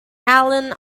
allen